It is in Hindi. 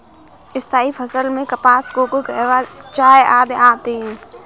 स्थायी फसल में कपास, कोको, कहवा, चाय आदि आते हैं